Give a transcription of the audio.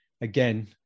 again